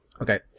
Okay